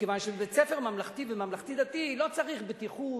מכיוון שבבית-ספר ממלכתי וממלכתי-דתי לא צריך בטיחות